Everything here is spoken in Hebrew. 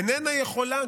איננה יכולה,